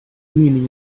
meaning